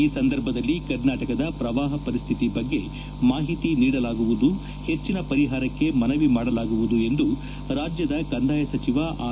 ಈ ಸಂದರ್ಭದಲ್ಲಿ ಕರ್ನಾಟಕದ ಪ್ರವಾಹ ಪರಿಸ್ಥಿತಿ ಬಗ್ಗೆ ಮಾಹಿತಿ ನೀಡಲಾಗುವುದು ಹೆಚ್ಚಿನ ಪರಿಹಾರಕ್ಕೆ ಮನವಿ ಮಾಡಲಾಗುವುದು ಎಂದು ರಾಜ್ಯ ಕಂದಾಯ ಸಚಿವ ಆರ್